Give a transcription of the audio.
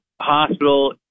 hospital